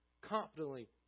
Confidently